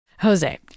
Jose